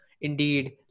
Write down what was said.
Indeed